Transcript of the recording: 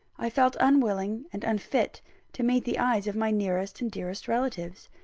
i felt unwilling and unfit to meet the eyes of my nearest and dearest relatives.